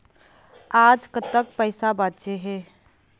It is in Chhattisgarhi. आज कतक पैसा बांचे हे?